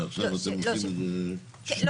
ועכשיו אתם עושים את זה --- לא,